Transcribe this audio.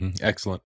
excellent